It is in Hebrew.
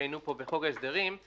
כשהיינו פה בחוק ההסדרים,